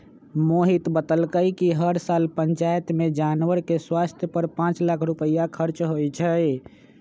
मोहित बतलकई कि हर साल पंचायत में जानवर के स्वास्थ पर पांच लाख रुपईया खर्च होई छई